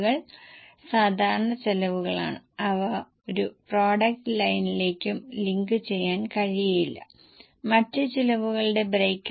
അതിനാൽ ഈ പാരായിൽ മുമ്പത്തെ വിവരങ്ങളിൽ ഭൂരിഭാഗവും വിവരങ്ങൾക്ക് വേണ്ടി മാത്രമാണെന്ന് നിങ്ങൾ നിരീക്ഷിക്കും എന്നാൽ അവസാനത്തെ രണ്ട് വരികൾ വളരെ പ്രധാനമാണ്